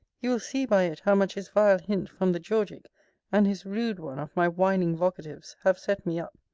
you will see by it how much his vile hint from the georgic and his rude one of my whining vocatives, have set me up.